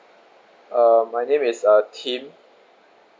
uh my name is uh tim